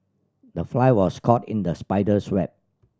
the fly was caught in the spider's web